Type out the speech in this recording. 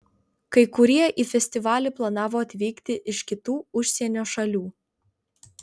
kai kurie į festivalį planavo atvykti iš kitų užsienio šalių